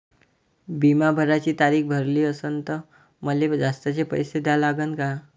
बिमा भराची तारीख भरली असनं त मले जास्तचे पैसे द्या लागन का?